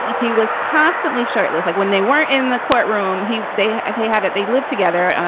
he was constantly shirtless. like when they weren't in the courtroom, he they they had it. they lived together. and